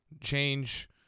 change